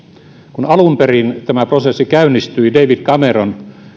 kun alun perin tämä prosessi käynnistyi david cameron